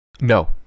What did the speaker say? No